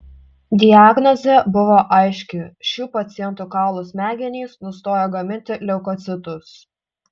diagnozė buvo aiški šių pacientų kaulų smegenys nustojo gaminti leukocitus